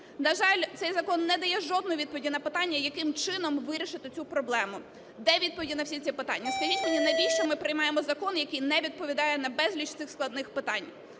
На жаль, цей закон не дає жодної відповіді на питання, яким чином вирішити цю проблему. Де відповіді на всі ці питання? Скажіть мені, навіщо ми приймаємо закон, який не відповідає на безліч цих складних питань?